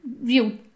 real